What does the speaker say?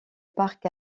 parc